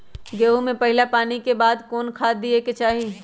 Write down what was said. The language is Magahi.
गेंहू में पहिला पानी के बाद कौन खाद दिया के चाही?